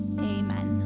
Amen